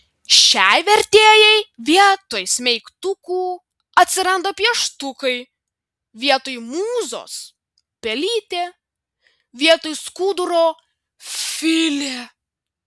šiai vertėjai vietoj smeigtukų atsiranda pieštukai vietoj mūzos pelytė vietoj skuduro filė